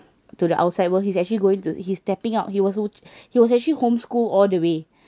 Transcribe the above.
to the outside world he's actually going to he is stepping out he was he was actually home school all the way